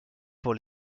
pour